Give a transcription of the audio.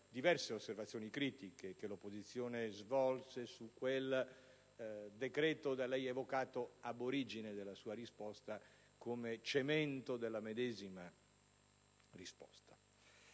diverse osservazioni critiche che l'opposizione svolse su quel decreto da lei evocato *ab origine* della sua risposta come cemento della medesima. Si pone